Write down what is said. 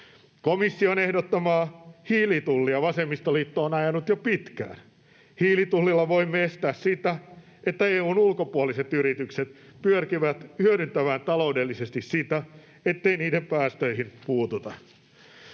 Komission ehdottamaa hiilitullia vasemmistoliitto on ajanut jo pitkään. Hiilitullilla voimme estää sitä, että EU:n ulkopuoliset yritykset pyrkivät hyödyntämään taloudellisesti sitä, ettei niiden päästöihin puututa.